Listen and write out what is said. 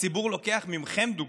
הציבור לוקח מכם דוגמה.